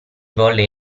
volle